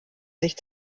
sich